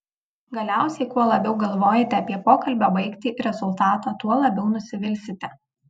galiausiai kuo labiau galvojate apie pokalbio baigtį rezultatą tuo labiau nusivilsite